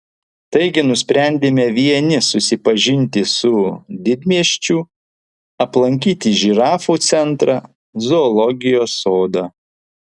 taigi nusprendėme vieni susipažinti su didmiesčiu aplankyti žirafų centrą zoologijos sodą